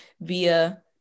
via